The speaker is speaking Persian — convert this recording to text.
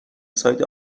سایت